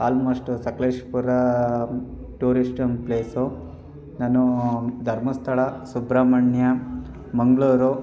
almost Sakleshpur tourist ಒಂದು place ನಾನು ಧರ್ಮಸ್ಥಳ ಸುಬ್ರಹ್ಮಣ್ಯ ಮಂಗಳೂರು